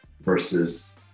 versus